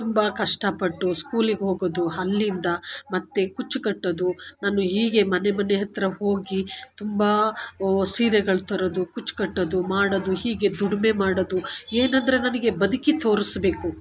ತುಂಬ ಕಷ್ಟ ಪಟ್ಟು ಸ್ಕೂಲಿಗೆ ಹೋಗೋದು ಅಲ್ಲಿಂದ ಮತ್ತು ಕುಚ್ಚು ಕಟ್ಟೋದು ನಾನು ಹೀಗೆ ಮನೆ ಮನೆ ಹತ್ತಿರ ಹೋಗಿ ತುಂಬ ಸೀರೆಗಳು ತರೋದು ಕುಚ್ಚು ಕಟ್ಟೋದು ಮಾಡೋದು ಹೀಗೆ ದುಡಿಮೆ ಮಾಡೋದು ಏನಂದರೆ ನನಗೆ ಬದುಕಿ ತೋರಿಸ್ಬೇಕು